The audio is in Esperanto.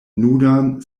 nudan